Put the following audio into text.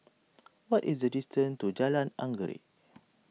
what is the distance to Jalan Anggerek